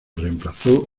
reemplazó